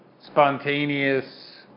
spontaneous